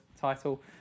title